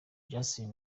justin